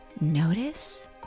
Notice